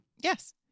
Yes